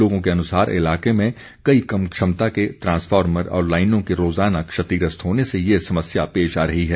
लोगों के अनुसार इलाके में कई कम क्षमता के ट्रांसफार्मर और लाइनों के रोज़ाना क्षतिग्रस्त होने से ये समस्या पेश आ रही है